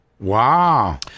Wow